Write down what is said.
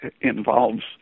involves